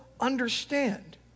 understand